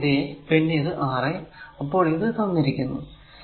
ഇപ്പോൾ ഇത് a പിന്നെ ഇത് r a അപ്പോൾ ഇത് തന്നിരിക്കുന്നു